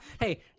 Hey